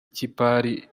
ikipari